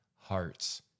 hearts